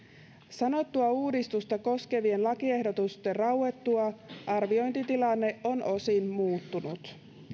sanottua uudistusta koskevien lakiehdotusten rauettua arviointitilanne on osin muuttunut